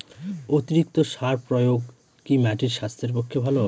অতিরিক্ত সার প্রয়োগ কি মাটির স্বাস্থ্যের পক্ষে ভালো?